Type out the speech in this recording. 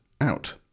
out